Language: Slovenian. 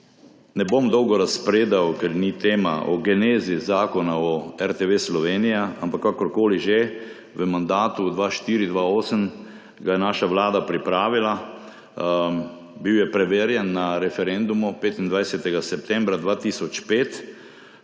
Ne bom dolgo razpredal, ker ni tema o genezi Zakona o RTV Slovenija, ampak kakorkoli že, v mandatu 2004−2008 ga je naša vlada pripravila. Bil je preverjen na referendumu 25. septembra 2005.